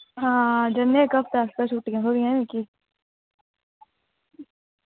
हां जन्ने आं इक्क हफ्ते आस्तै छुट्टियां थ्होई दियां न मिगी